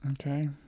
Okay